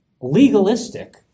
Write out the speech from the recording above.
legalistic